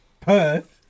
Perth